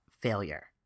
failure